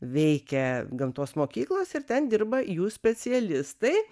veikia gamtos mokyklos ir ten dirba jų specialistai